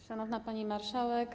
Szanowna Pani Marszałek!